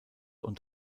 und